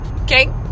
Okay